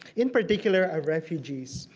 in particular our refugees.